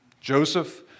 Joseph